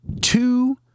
two